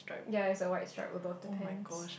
ya it's a white strip above the pants